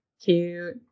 cute